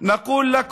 להלן תרגומם: